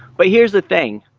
but here's the thing,